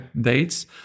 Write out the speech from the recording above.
dates